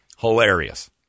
hilarious